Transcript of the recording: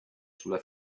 sulla